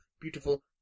beautiful